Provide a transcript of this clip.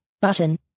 button